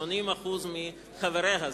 80% מחבריה.